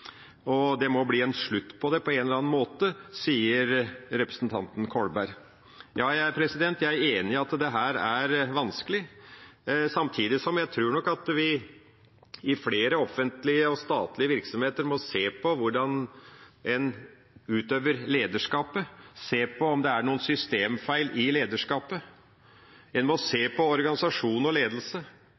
skje? Det må bli en slutt på det på en eller annen måte, sier representanten Kolberg. Jeg er enig i at dette er vanskelig. Samtidig tror jeg at vi i flere offentlige og statlige virksomheter må se på hvordan en utøver lederskapet, og se på om det er noe systemfeil i lederskapet. En må se på organisasjon og ledelse.